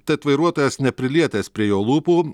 tad vairuotojas neprilietęs prie jo lūpų